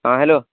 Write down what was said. ହଁ ହ୍ୟାଲୋ